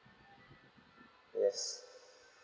yes